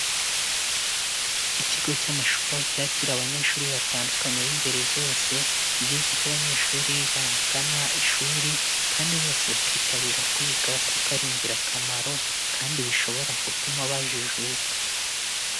Ikigo cy'amashuri aho cyakira abanyeshuri batandukanye b'ingeri zose, ni byiza ko abanyeshuri bagana ishuri kandi bose bakitabira kwiga kuko ari ingirakamaro kandi bishobora gutuma bajijuka.